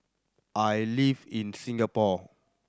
I live in Singapore